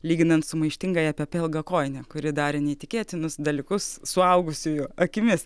lyginant su maištingąja pepe ilgakojine kuri darė neįtikėtinus dalykus suaugusiųjų akimis